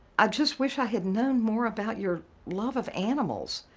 i just wish i had known more about your love of animals.